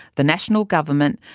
the national government,